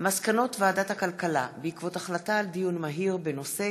מסקנות ועדת הכלכלה בעקבות דיון מהיר בהצעתו של חבר הכנסת